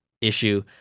issue